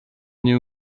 new